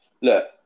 look